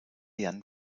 jan